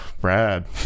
Brad